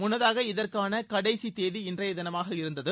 முன்னதாக இதற்கான கடைசி தேதி இன்றைய தினமாக இருந்தது